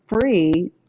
free